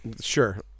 sure